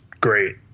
great